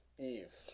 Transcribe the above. eve